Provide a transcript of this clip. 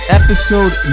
episode